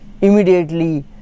immediately